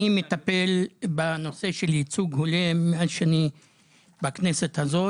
מטפל בנושא של ייצוג הולם מאז שאני בכנסת הזאת.